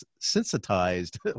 sensitized